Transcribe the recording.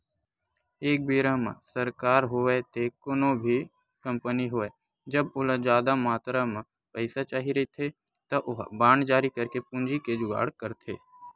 एक बेरा म सरकार होवय ते कोनो भी कंपनी होवय जब ओला जादा मातरा म पइसा चाही रहिथे त ओहा बांड जारी करके पूंजी के जुगाड़ करथे